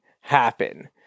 happen